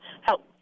help